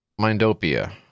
Mindopia